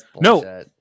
No